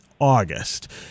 August